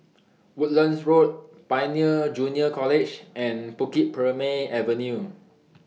Woodlands Road Pioneer Junior College and Bukit Purmei Avenue